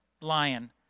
lion